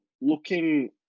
looking